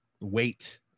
weight